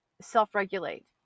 self-regulate